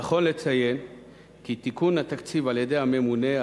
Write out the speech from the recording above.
נכון לציין כי תיקון התקציב על-ידי הממונה,